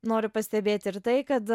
noriu pastebėti ir tai kad